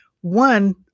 One